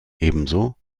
ebenso